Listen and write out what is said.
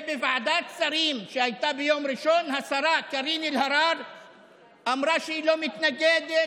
בוועדת שרים שהייתה ביום ראשון השרה קארין אלהרר אמרה שהיא לא מתנגדת,